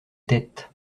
têtes